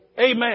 Amen